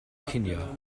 cinio